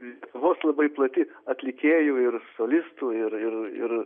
ir lietuvos labai plati atlikėjų ir solistų ir ir ir